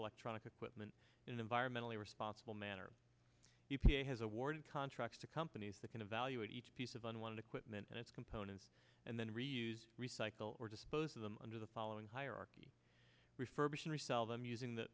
electronic equipment in environmentally responsible manner e p a has awarded contracts to companies that can evaluate each piece of on one equipment and its components and then reuse recycle or disposed under the following hierarchy refurbish and resell them using the